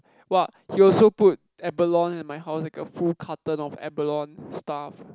!wah! he also put abalone at my house like a full carton of abalone stuff